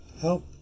help